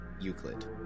Euclid